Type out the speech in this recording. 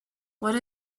what